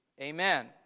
Amen